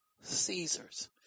Caesar's